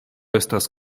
estas